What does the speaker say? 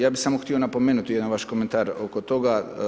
Ja bih samo htio napomenuti jedan vaš komentar oko toga.